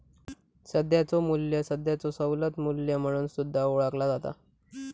सध्याचो मू्ल्य सध्याचो सवलत मू्ल्य म्हणून सुद्धा ओळखला जाता